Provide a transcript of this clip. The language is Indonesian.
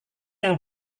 yang